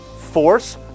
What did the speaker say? force